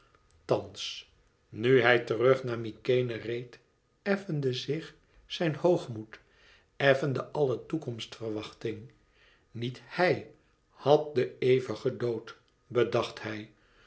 thans nu hij terug naar mykenæ reed effende zich zijn hoogmoed effende alle toekomstverwachting niet hij had den ever gedood bedacht hij